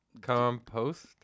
Compost